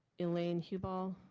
elaine hubal?